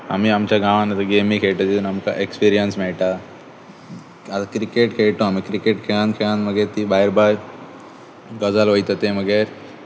आमी आमच्या गांवान आतां गेमी खेळटा तातूंत आमकां एक्सपिर्ययन्स मेळटा आतां क्रिकेट खेळटा आमी क्रिकेट खेळून खेळून मागीर ती भायर भायर गजाल वता ते मागीर